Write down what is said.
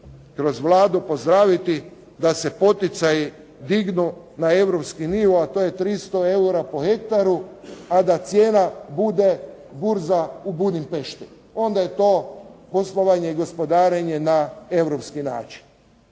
kroz Vladu pozdraviti da se poticaji dignu na europski nivo, a to je 300 eura po hektaru, a da cijena bude burza u Budimpešti. Onda je to poslovanje i gospodarenje na europski način.